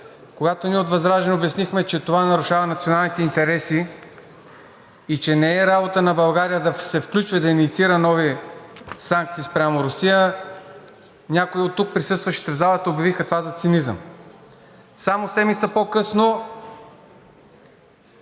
Когато ние от ВЪЗРАЖДАНЕ обяснихме, че това нарушава националните интереси и че не е работа на България да се включва и да инициира нови санкции спрямо Русия, някои от тук присъстващите в залата обявиха това за цинизъм. Само седмица по-късно